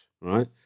right